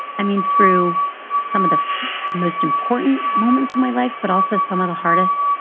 i mean through some of the most important moments in my life, but also some of the hardest,